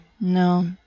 No